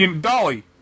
Dolly